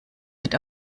mit